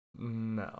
No